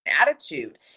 attitude